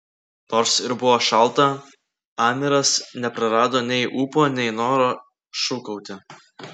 nors ir buvo šalta amiras neprarado nei ūpo nei noro šūkauti